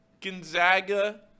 Gonzaga